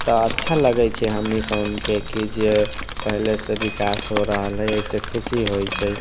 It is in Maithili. तऽ अच्छा लगै छै हमनी सबनके कि जे पहिलेसँ विकास हो रहल हइ एहिसँ खुशी होइ छै